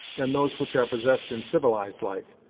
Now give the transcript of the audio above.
than those which are possessed in civilized life,